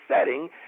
setting